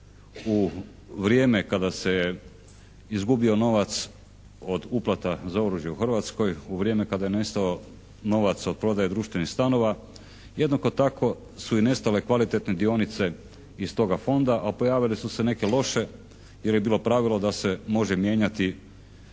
U vrijeme kada se je izgubio novac od uplata za oružje u Hrvatskoj, u vrijeme kada je nestao novac od prodaje društvenih stanova jednako tako su i nestale kvalitetne dionice iz toga fonda, a pojavile su se neke loše, jer je bilo pravilo da se može mijenjati